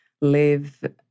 live